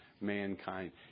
mankind